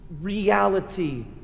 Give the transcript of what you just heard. reality